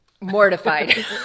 mortified